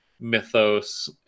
Mythos